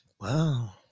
Wow